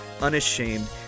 unashamed